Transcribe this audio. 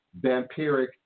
vampiric